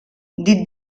dit